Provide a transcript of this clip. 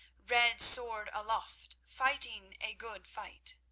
red sword aloft, fighting a good fight.